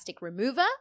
remover